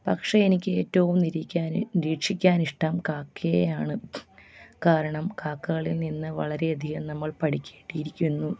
പക്ഷേ എനിക്ക് ഏറ്റവും നിരീക്കാൻ നിരീക്ഷിക്കാൻ ഇഷ്ടം കാക്കയെയാണ് കാരണം കാക്കകളിൽ നിന്ന് വളരെയധികം നമ്മൾ പഠിക്കേണ്ടിയിരിക്കുന്നു